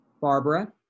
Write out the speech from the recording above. Barbara